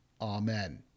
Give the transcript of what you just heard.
Amen